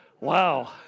wow